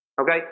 Okay